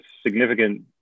significant